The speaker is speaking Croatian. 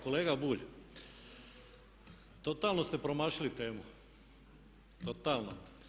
Kolega Bulj, totalno ste promašili temu, totalno.